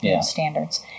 standards